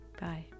Bye